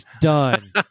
Done